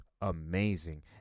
amazing